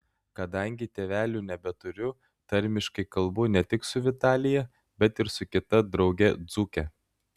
kadangi tėvelių nebeturiu tarmiškai kalbu ne tik su vitalija bet ir su kita drauge dzūke